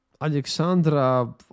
Alexandra